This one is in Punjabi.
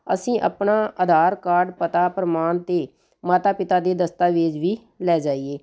ਅਸੀਂ ਆਪਣਾ ਆਧਾਰ ਕਾਰਡ ਪਤਾ ਪ੍ਰਮਾਣ ਅਤੇ ਮਾਤਾ ਪਿਤਾ ਦੇ ਦਸਤਾਵੇਜ਼ ਵੀ ਲੈ ਜਾਈਏ